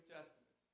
Testament